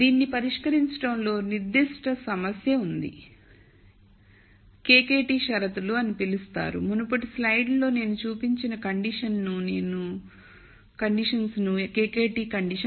దీన్ని పరిష్కరించడంలో నిర్దిష్ట సమస్య ఉంది KKT షరతులు అని పిలుస్తారు మునుపటి స్లైడ్లో నేను చూపించిన కండిషన్ను ను KKT కండిషన్ అంటారు